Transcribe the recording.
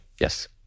Yes